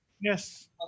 yes